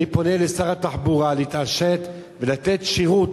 אני פונה לשר התחבורה להתעשת ולתת שירות.